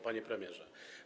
Panie Premierze!